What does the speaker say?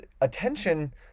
attention